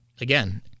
again